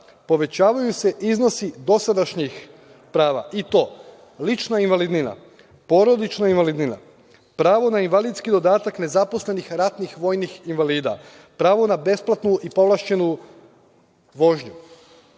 povećavaju se iznosi dosadašnjih prava i to lična invalidnina, porodična invalidnina, pravo na invalidski dodatak nezaposlenih ratnih vojnih invalida, pravo na besplatnu i povlašćenu vožnju. Takođe,